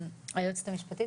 היועצת המשפטית,